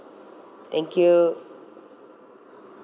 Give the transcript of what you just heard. thank you